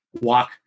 walk